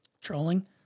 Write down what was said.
trolling